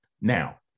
Now